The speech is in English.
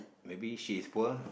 maybe she's poor